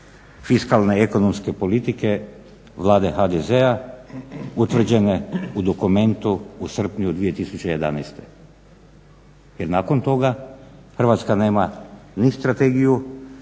fiskalne ekonomske politike Vlade HDZ-a utvrđene u dokumentu u srpnju 2011. Jer nakon toga Hrvatska nema ni strategiju,